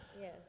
Yes